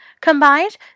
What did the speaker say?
Combined